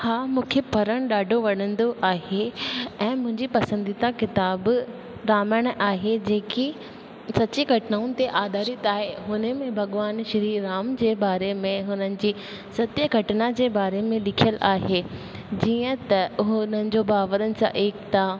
हा मूंखे पढ़णु ॾाढो वणंदो आहे ऐं मुंहिंजी पसंदीदा किताबु रामायण आहे जेकी सची घटनाउनि ते आधारित आहे हुने में भॻवान श्री राम जे बारे में हुननि जी सत्य घटिना जे बारे में लिखियलु आहे जीअं त हुननि जो भाउरनि सां एकिता